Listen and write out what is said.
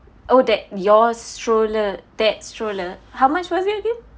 oh that your stroller that stroller how much was it again